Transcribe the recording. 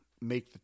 make